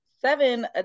seven